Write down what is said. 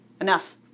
enough